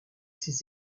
ses